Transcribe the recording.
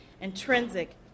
intrinsic